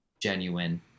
genuine